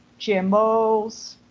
GMOs